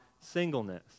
singleness